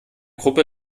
gruppe